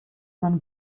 man